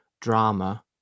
drama